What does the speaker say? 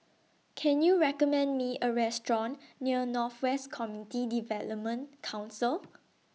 Can YOU recommend Me A Restaurant near North West Community Development Council